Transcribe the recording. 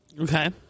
Okay